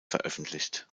veröffentlicht